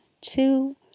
two